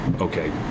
Okay